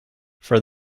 for